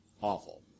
awful